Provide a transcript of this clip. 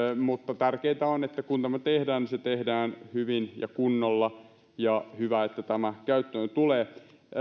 mutta tärkeintä on että kun tämä tehdään niin se tehdään hyvin ja kunnolla ja hyvä että tämä käyttöön tulee